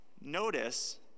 Notice